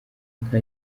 inka